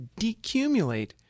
decumulate